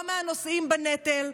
לא מהנושאים בנטל,